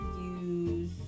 use